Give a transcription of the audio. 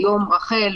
היום רח"ל,